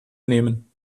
nehmen